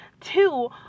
two